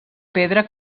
pedra